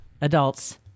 adults